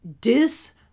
dis